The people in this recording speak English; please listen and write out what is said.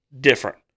Different